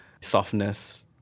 softness